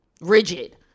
rigid